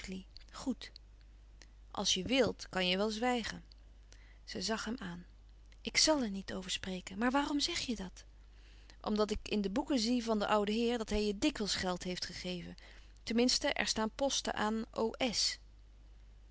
goed als je wilt kan je wel zwijgen zij zag hem aan ik zàl er niet over spreken maar waarom zeg je dat omdat ik in de boeken zie van den ouden heer dat hij je dikwijls geld heeft gegeven ten minste er staan posten aan